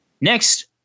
next